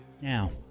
Now